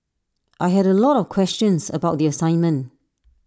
I had A lot of questions about the assignment